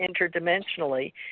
interdimensionally